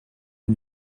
que